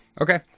Okay